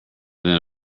than